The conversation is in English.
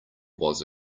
was